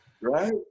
Right